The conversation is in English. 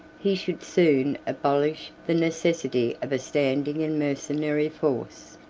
he should soon abolish the necessity of a standing and mercenary force.